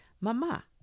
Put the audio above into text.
Mama